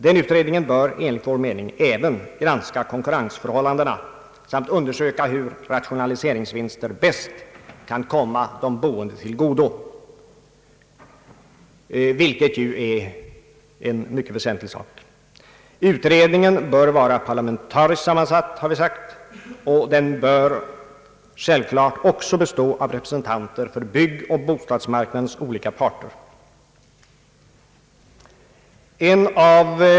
Denna utredning bör enligt vår mening även granska konkurrensförhållandena samt undersöka hur rationaliseringsvinster bäst kan komma de boende till godo, vilket ju är det väsentliga. Utredningen bör vara parlamentariskt sammansatt och bör självklart bestå även av representanter för byggoch bostadsmarknadens olika parter.